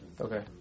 Okay